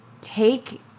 take